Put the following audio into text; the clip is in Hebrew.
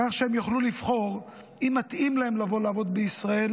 כך שהם יוכלו לבחור אם מתאים להם לבוא לעבוד בישראל